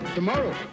Tomorrow